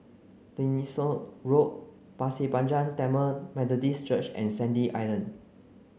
Tessensohn Road Pasir Panjang Tamil Methodist Church and Sandy Island